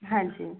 ਹਾਂਜੀ